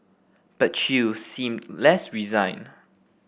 but Chew seemed less resigned